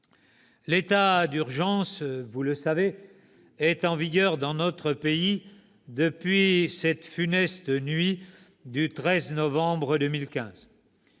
L'état d'urgence, vous le savez, est en vigueur dans notre pays depuis cette funeste nuit du 13 novembre 2015.